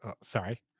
Sorry